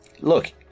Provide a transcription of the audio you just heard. Look